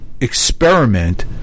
experiment